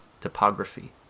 topography